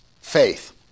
faith